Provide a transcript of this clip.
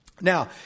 now